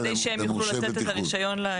כדי שהם יוכלו לתת את הרישיון.